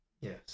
Yes